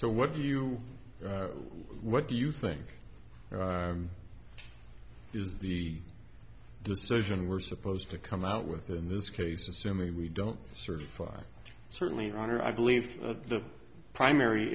so what do you what do you think is the decision we're supposed to come out with or in this case assuming we don't certify certainly honor i believe the primary